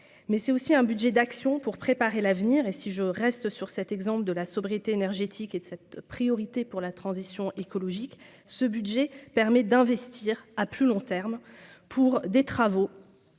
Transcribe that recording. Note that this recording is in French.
mais c'est aussi un budget d'action pour préparer l'avenir et, si je reste sur cet exemple de la sobriété énergétique et de cette priorité pour la transition écologique, ce budget permet d'investir à plus long terme pour des travaux